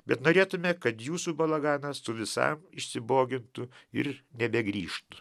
bet norėtume kad jūsų balaganas su visam išsibogintų ir nebegrįžtų